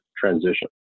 transition